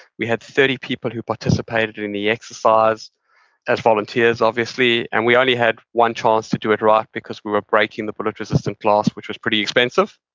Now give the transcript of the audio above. we had thirty people who participated in the exercise as volunteers obviously, and we only had one chance to do it right because we were breaking the bullet-resistant glass, which was pretty expensive.